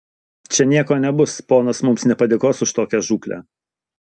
čia nieko nebus ponas mums nepadėkos už tokią žūklę